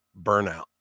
burnout